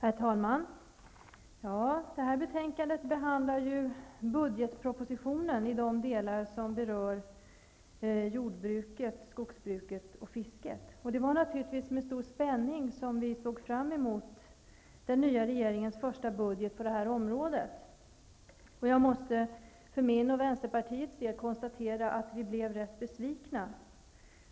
Herr talman! Det här betänkandet behandlar ju budgetpropositionen i de delar som rör jordbruket, skogsbruket och fisket. Det var naturligtvis med stor spänning som vi såg fram mot den nya regeringens första budget på detta område. Jag måste för min och Vänsterpartiets del säga att vi blev rätt besvikna.